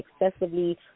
excessively